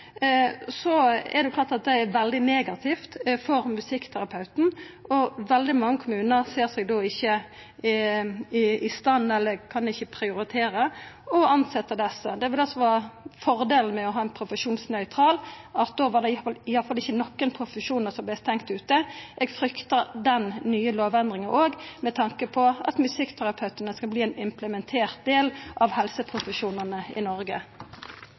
Det er klart at det er svært negativt for musikkterapeutane, og svært mange kommunar ser seg då ikkje i stand til eller kan ikkje prioritera å tilsetja desse. Fordelen med å ha ei profesjonsnøytral lov var at då var det i alle fall ikkje nokon profesjonar som vart stengde ute. Eg fryktar den nye lovendringa òg med tanke på at musikkterapeutane skal verta ein implementert del av helseprofesjonane i Noreg.